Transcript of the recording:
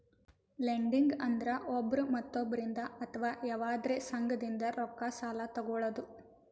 lending ಅಂದ್ರ ಒಬ್ರ್ ಮತ್ತೊಬ್ಬರಿಂದ್ ಅಥವಾ ಯವಾದ್ರೆ ಸಂಘದಿಂದ್ ರೊಕ್ಕ ಸಾಲಾ ತೊಗಳದು